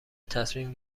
تصمیم